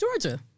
Georgia